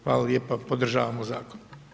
Hvala lijepa, podržavamo zakon.